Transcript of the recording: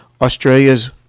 Australia's